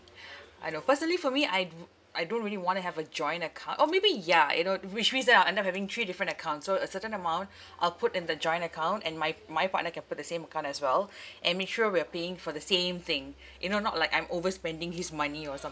I know personally for me I do I don't really want to have a joint account or maybe ya you know which means that I'll end up having three different accounts so a certain amount I'll put in the joint account and my my partner can put the same account as well and make sure we are paying for the same thing you know not like I'm overspending his money or